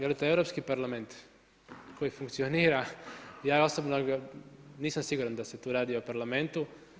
Jel' je to Europski parlament koji funkcionira, ja osobno nisam siguran da se tu radi o parlamentu?